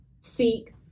seek